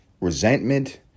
resentment